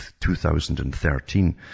2013